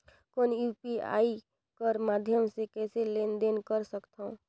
कौन यू.पी.आई कर माध्यम से कइसे लेन देन कर सकथव?